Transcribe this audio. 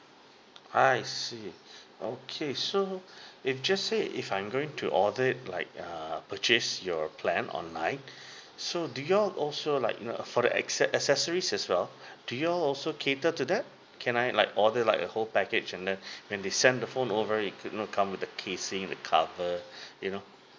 I see okay so if just say if I'm going to order it like err purchase your plan online so do you all also like you know for the acces~ accessories as well do you all also cater to that can I like order like a whole package and then when they send the phone over it could not come with the casing the cover you know